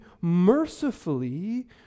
mercifully